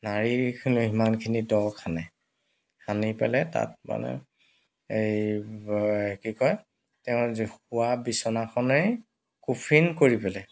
নাৰি সিমানখিনি দ খান্দে খান্দি পেলাই তাত মানে এই কি কয় তেওঁৰ জোখ পোৱা বিচনাখনেই কফিন কৰি পেলাই